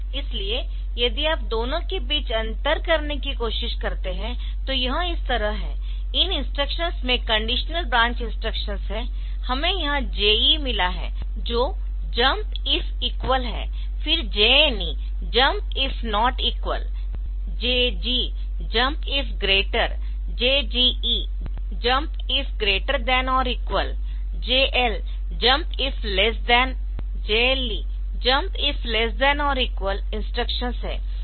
इसलिए यदि आप दोनो के बीच अंतर करने की कोशिश करते हैतो यह इस तरह है इन इंस्ट्रक्शंस में कंडीशनल ब्रांच इंस्ट्रक्शंस है हमें यह JE मिला हैजो जम्प इफ इक्वल है फिर JNEजम्प if not equal JG jump if greater JGE jump if greater than or equal JLजम्प if less than JLE jump if less than or equal instructions है